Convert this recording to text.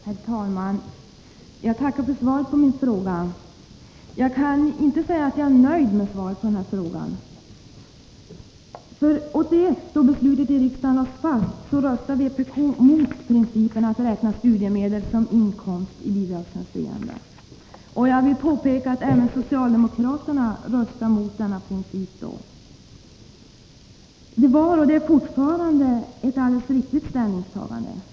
Herr talman! Jag tackar för svaret på min fråga. Jag kan däremot inte säga att jag är nöjd med svaret. Redan 1981, då beslutet i riksdagen lades fast, röstade vpk mot principen ” att räkna studiemedel som inkomst i bidragshänseende. Jag vill påpeka att även socialdemokraterna röstade mot denna princip. Det var, och är fortfarande, ett alldeles riktigt ställningstagande.